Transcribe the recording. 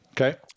Okay